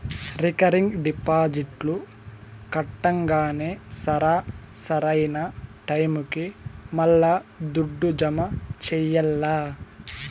recurring డిపాజిట్లు కట్టంగానే సరా, సరైన టైముకి మల్లా దుడ్డు జమ చెయ్యాల్ల